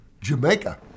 Jamaica